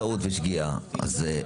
טעות ושגיאה,